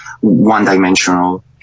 one-dimensional